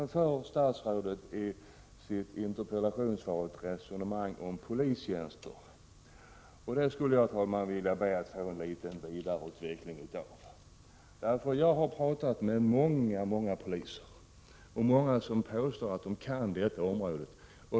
Statsrådet för i sitt interpellationssvar ett resonemang om polistjänster. Där skulle jag, herr talman, vilja be att få en liten vidareutveckling. Jag har talat med många poliser och andra som påstår att de kan detta område.